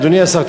אדוני השר,